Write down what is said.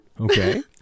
okay